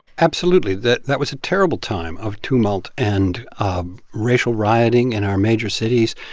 absolutely. that that was a terrible time of tumult and racial rioting in our major cities.